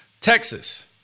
Texas